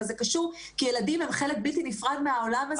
אבל זה קשור כי ילדים הם חלק בלתי נפרד מהעולם שאנחנו